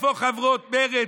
איפה חברות מרצ,